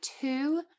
two